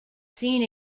seen